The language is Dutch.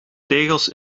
tegels